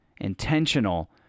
intentional